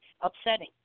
upsetting